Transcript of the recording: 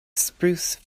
spruce